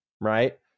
Right